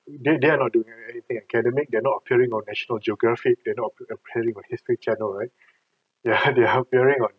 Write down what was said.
they they are not doing any anything academic they're not appearing on national geographic they're not app~ appearing on history channel right ya they're appearing on